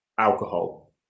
Alcohol